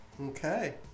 Okay